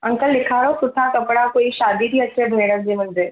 uncle ॾेखारो सुठा कपिड़ा कोई शादी थी अचे भेण जी मुंहिंजे